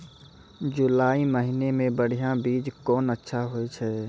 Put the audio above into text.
जुलाई महीने मे बढ़िया बीज कौन अच्छा होय छै?